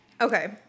Okay